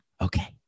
okay